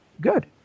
good